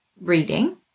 reading